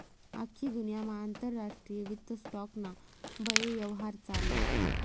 आख्खी दुन्यामा आंतरराष्ट्रीय वित्त स्टॉक ना बये यव्हार चालस